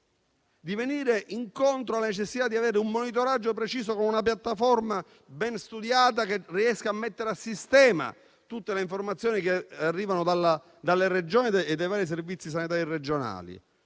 di venire incontro alla necessità di avere un monitoraggio preciso, con una piattaforma ben studiata che riesca a mettere a sistema tutte le informazioni che arrivano dalle Regioni e dai vari servizi sanitari regionali.